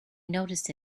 noticed